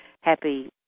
happy